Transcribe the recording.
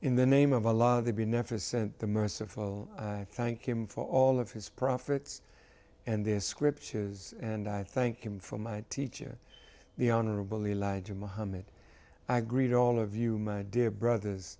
in the name of a lot of the never sent the merciful i thank him for all of his prophets and their scriptures and i thank him from my teacher the honorable elijah mohammed i greet all of you my dear brothers